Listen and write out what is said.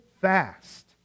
fast